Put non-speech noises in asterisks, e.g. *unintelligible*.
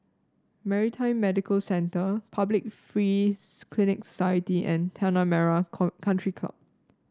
Maritime Medical Centre Public Free *unintelligible* Clinic Society and Tanah Merah Co Country Club